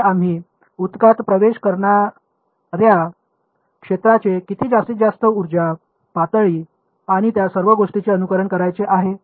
तर आम्ही ऊतकात प्रवेश करणार्या क्षेत्राचे किती जास्तीत जास्त उर्जा पातळी आणि त्या सर्व गोष्टींचे अनुकरण करायचे आहे